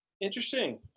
Interesting